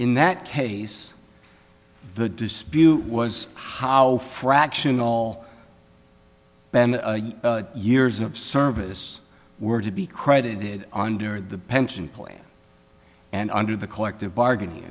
in that case the dispute was how fractional then years of service were to be credited under the pension plan and under the collective bargaining